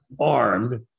armed